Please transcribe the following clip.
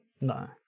no